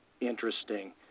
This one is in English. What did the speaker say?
interesting